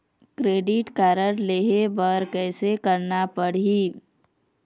Credit card लेहे बर कैसे करना पड़ही?